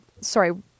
sorry